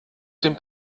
dem